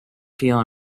feel